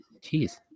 Jeez